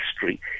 history